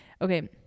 okay